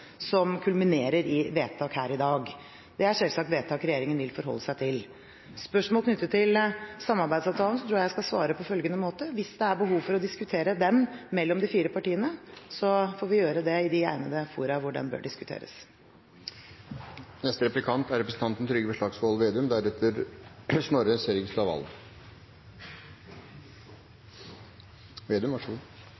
som kulminerer i vedtak her i dag. Det er selvsagt vedtak regjeringen vil forholde seg til. Spørsmålet knyttet til samarbeidsavtalen tror jeg at jeg skal besvare på følgende måte: Hvis det er behov for å diskutere den mellom de fire partiene, får vi gjøre det i de egnede fora hvor den bør diskuteres.